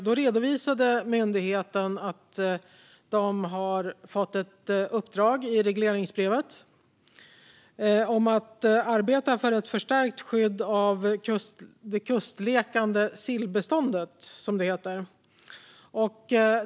Då redovisade myndigheten det uppdrag de fått i regleringsbrevet om att arbeta för ett stärkt skydd av det kustlekande sillbeståndet, som det heter.